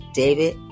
david